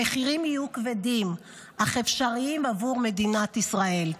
המחירים יהיו כבדים אך אפשריים עבור מדינת ישראל.